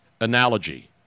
analogy